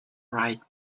right